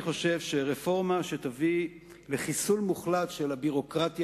אני חושב שרפורמה שתביא לחיסול מוחלט של הביורוקרטיה